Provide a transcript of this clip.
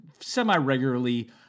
semi-regularly